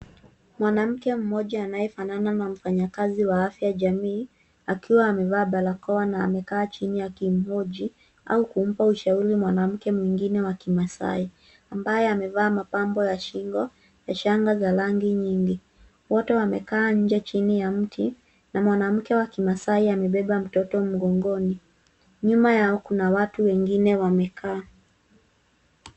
Mwanamke mmoja anayefanana na mfanyakazi wa afya jamii akiwa amevaa barakoa na amekaa chini akimhoji au kumpa ushauri mwanamke mwingine wa kimasai ambaye amevaa mapambo ya shingo ya shanga za rangi nyingi. Wote wamekaa nje chini ya mti na mwanamke wa kimasai abeba mtoto mgongoni. Nyuma yao kuna watu wengine wamekaa.